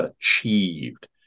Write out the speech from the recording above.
achieved